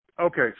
Okay